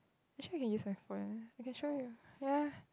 actually I can use my phone I can show you ya